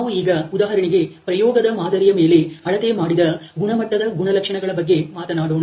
ನಾವು ಈಗ ಉದಾಹರಣೆಗೆ ಪ್ರಯೋಗದ ಮಾದರಿಯ ಮೇಲೆ ಅಳತೆ ಮಾಡಿದ ಗುಣಮಟ್ಟದ ಗುಣಲಕ್ಷಣಗಳ ಬಗ್ಗೆ ಮಾತನಾಡೋಣ